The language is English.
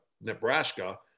Nebraska